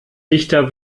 dichter